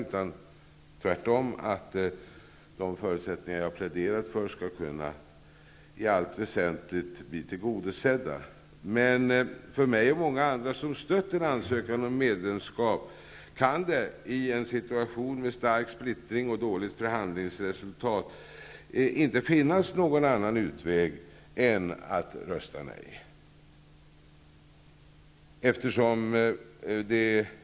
Jag önskar tvärtom att de förutsättningar som jag har pläderat för i allt väsentligt skall kunna bli tillgodosedda. För mig och många andra som stött en ansökan om medlemskap, kan det i en situation med stark splittring och dåligt förhandlingsresultat inte finnas någon annan utväg än att rösta nej.